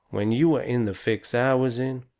when you are in the fix i was in,